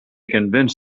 convince